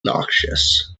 noxious